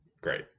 Great